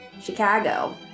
Chicago